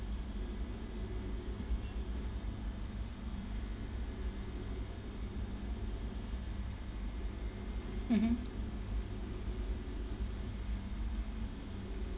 mmhmm